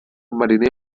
mariner